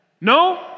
No